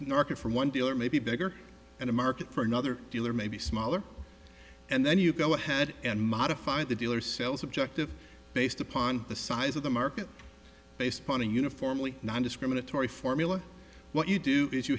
norco from one dealer may be bigger and the market for another deal or maybe smaller and then you go ahead and modify the dealer sells objective based upon the size of the market based upon a uniformly nondiscriminatory formula what you do is you